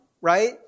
right